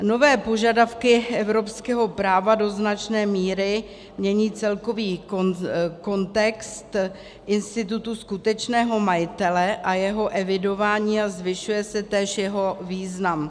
Nové požadavky evropského práva do značné míry mění celkový kontext institutu skutečného majitele a jeho evidování a zvyšuje se též jeho význam.